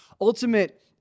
ultimate